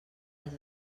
les